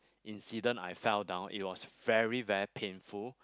incident I fell down it was very very painful